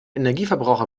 energieverbraucher